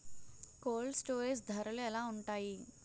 Cold storage ధరలు ఎలా ఉంటాయి?